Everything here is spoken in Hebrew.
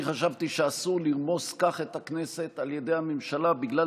אני חשבתי שאסור לרמוס כך את הכנסת על ידי הממשלה בגלל